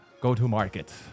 go-to-market